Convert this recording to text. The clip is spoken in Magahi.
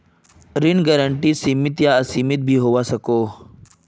ऋण गारंटी सीमित या असीमित भी होवा सकोह